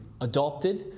adopted